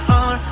on